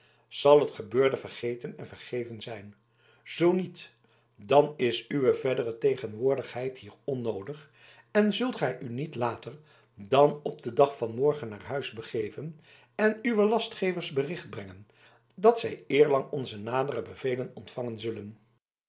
zal het gebeurde vergeten en vergeven zijn zoo niet dan is uwe verdere tegenwoordigheid hier onnoodig en zult gij u niet later dan op den dag van morgen naar huis begeven en uwen lastgevers bericht brengen dat zij eerlang onze nadere bevelen ontvangen zullen